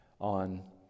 on